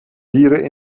dieren